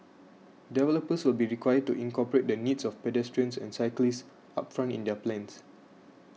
developers will be required to incorporate the needs of pedestrians and cyclists upfront in their plans